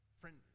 Friend